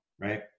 Right